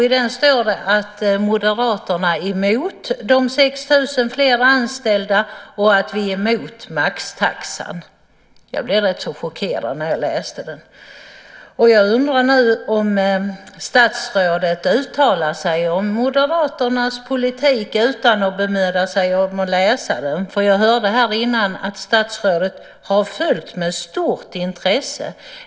I den står att Moderaterna är emot de 6 000 fler anställda och att vi är emot maxtaxan. Jag blev rätt chockerad när jag läste det. Jag undrar nu om statsrådet uttalar sig om Moderaternas politik utan att bemöda sig om att läsa den. Tidigare hörde jag här att statsrådet har följt den med stort intresse.